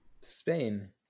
Spain